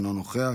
אינו נוכח,